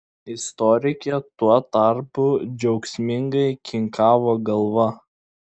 istorikė tuo tarpu džiaugsmingai kinkavo galva